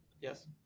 Yes